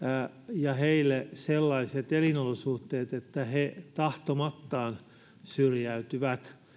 ja heille sellaiset elinolosuhteet että he tahtomattaan syrjäytyvät